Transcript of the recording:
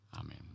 amen